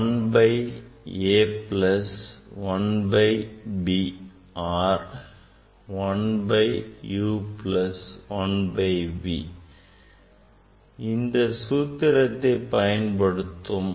1 by a plus 1 by b or 1 by u plus 1 by v இந்த சூத்திரத்தில் பயன்படுத்தும் v